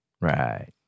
Right